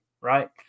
Right